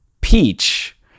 peach